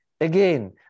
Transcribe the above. Again